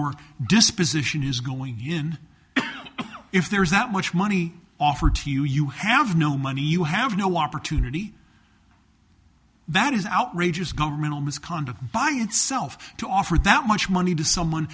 r disposition is going in if there is that much money offered to you you have no money you have no opportunity that is outrageous governmental misconduct by itself to offer that much money to someone